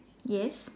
yes